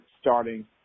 starting